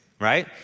right